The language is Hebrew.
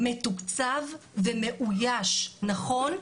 מתוקצב ומאויש נכון.